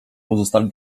pozostali